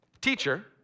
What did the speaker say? Teacher